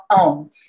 own